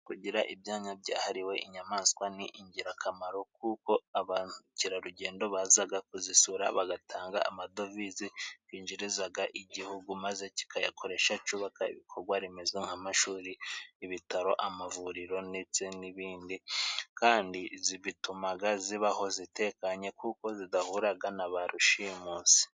Kugira ibyanya byahariwe inyamaswa ni ingirakamaro kuko abakerarugendo, bazaga kuzisura bagatanga amadovize. Binjirizaga igihugu maze kikayakoresha cyubaka ibikorwaremezo nk'amashuri, ibitaro, amavuriro ndetse n'ibindi kandi bitumaga zibaho zitekanye kuko zidahuraga na ba rushimusi.